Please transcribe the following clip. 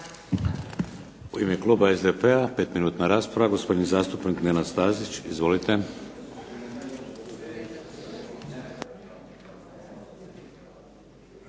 U ime kluba SDP-a, 5-minutna rasprava, gospodin zastupnik Nenad Stazić. Izvolite.